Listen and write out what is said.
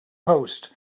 post